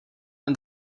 and